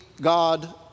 God